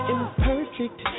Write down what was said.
Imperfect